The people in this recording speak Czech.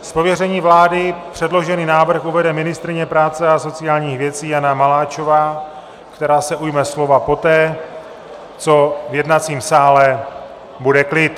Z pověření vlády předložený návrh uvede ministryně práce a sociálních věcí Jana Maláčová, která se ujme slova poté, co v jednacím sále bude klid.